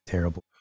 Terrible